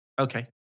Okay